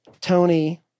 tony